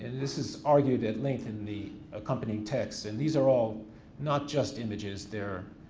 this is argued at length in the accompanied text and these are all not just images, they're